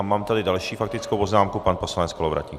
Mám tady další faktickou poznámku pan poslanec Kolovratník.